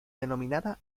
denominada